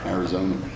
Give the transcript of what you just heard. Arizona